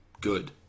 good